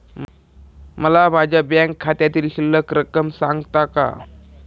मला माझ्या बँक खात्यातील शिल्लक रक्कम सांगता का?